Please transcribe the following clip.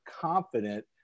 confident